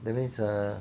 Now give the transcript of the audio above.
that means the